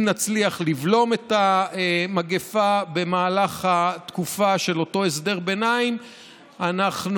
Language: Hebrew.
אם נצליח לבלום את המגפה במהלך התקופה של אותו הסדר ביניים אנחנו